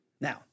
Now